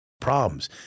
problems